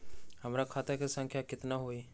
हमर खाता के सांख्या कतना हई?